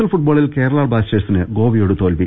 L ഫുട്ബോളിൽ കേരള ബ്ലാസ്റ്റേഴ്സിന് ഗോവയോട് തോൽവി